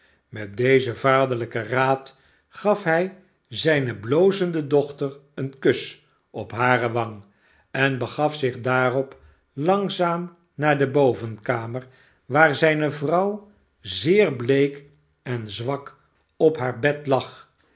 met dezen vaderlijken raad gaf hij zijne blozende dochter een kus op hare wang en begaf zich daarop langzaam naar de bovenkamer waar zijne vrouw zeer bleek en zwak op haar bed lag